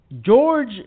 George